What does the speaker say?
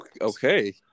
okay